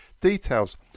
details